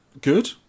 Good